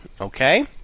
Okay